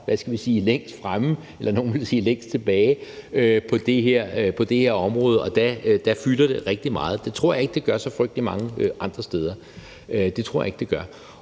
er man nok længst fremme, nogle ville sige længst tilbage, på det her område, og at der fylder det rigtig meget. Det tror jeg ikke det gør så frygtelig mange andre steder; det tror jeg ikke det gør.